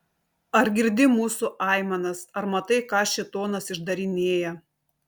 ar girdi mūsų aimanas ar matai ką šėtonas išdarinėja